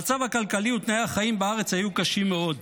המצב הכלכלי ותנאי החיים בארץ היו קשים מאוד.